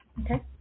Okay